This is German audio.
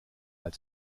als